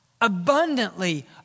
Abundantly